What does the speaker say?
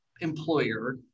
employer